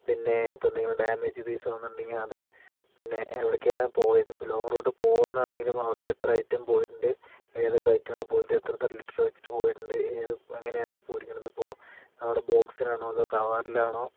പിന്നെ ഇപ്പോൾ എന്തെങ്കിലും ഡാമേജ് പീസ് വന്നിട്ടുണ്ടെങ്കിൽ അത് പിന്നെ എവിടേക്കാണ് പോയത് ഇപ്പോൾ ലോങ്ങ് റൂട്ട് പോകുന്നതാണെങ്കിലും അവിടെ എത്ര ഐറ്റം പോയിട്ടുണ്ട് ഏതൊക്കെ ഐറ്റമാണ് പോയത് എത്രയെത്ര ലിറ്റർ വെച്ചിട്ട് പോയിട്ടുണ്ട് ഏത് എങ്ങനെയാണ് പോയിരിക്കുന്നത് ഇപ്പോൾ അവിടെ ബോക്സിലാണോ അതോ കവറിലാണോ